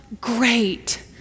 Great